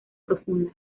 profunda